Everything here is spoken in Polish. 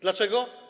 Dlaczego?